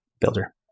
builder